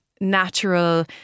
natural